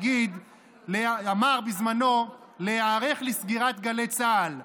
אמר בזמנו: להיערך לסגירת גלי צה"ל.